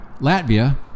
Latvia